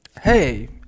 hey